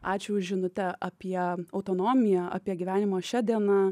ačiū už žinutę apie autonomiją apie gyvenimą šia diena